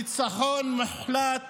ניצחון מוחלט